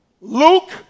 Luke